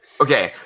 Okay